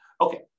Okay